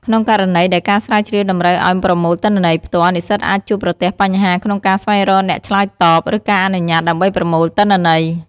ក្នុងករណីដែលការស្រាវជ្រាវតម្រូវឱ្យប្រមូលទិន្នន័យផ្ទាល់ និស្សិតអាចជួបប្រទះបញ្ហាក្នុងការស្វែងរកអ្នកឆ្លើយតប ឬការអនុញ្ញាតដើម្បីប្រមូលទិន្នន័យ។